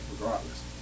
regardless